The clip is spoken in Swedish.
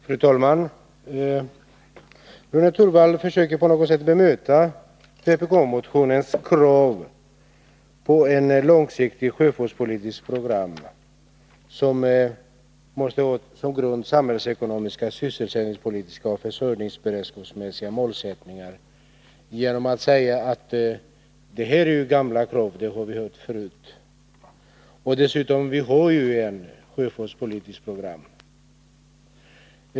Fru talman! Rune Torwald försökte bemöta vpk-motionens krav på ett långsiktigt sjöfartspolitiskt program med samhällsekonomisk, försäkringsmässig och beredskapsmässig målsättning genom att säga att detta är gamla krav som man hört förut. Dessutom säger han att man har ett sjöfartspolitiskt program.